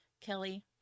Kelly